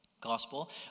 gospel